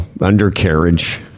undercarriage